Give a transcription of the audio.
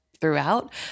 throughout